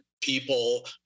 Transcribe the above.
people